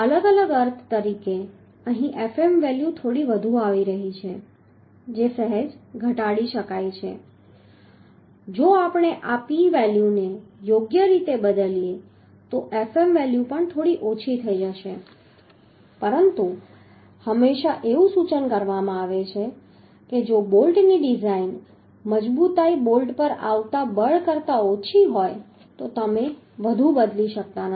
અલગ અલગ અર્થ તરીકે અહીં Fm વેલ્યુ થોડી વધુ આવી રહી છે જે સહેજ ઘટાડી શકાય છે જો આપણે આ P વેલ્યુને યોગ્ય રીતે બદલીએ તો Fm વેલ્યુ પણ થોડી ઓછી થઈ જશે પરંતુ હંમેશા એવું સૂચન કરવામાં આવે છે કે જો બોલ્ટની ડિઝાઇન મજબૂતાઈ બોલ્ટ પર આવતા બળ કરતા ઘણી ઓછી હોય તો તમે વધુ બદલી શકતા નથી